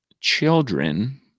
children